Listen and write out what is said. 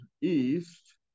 East